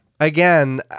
Again